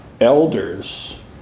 elders